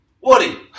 Woody